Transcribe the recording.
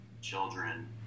children